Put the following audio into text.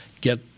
get